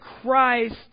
Christ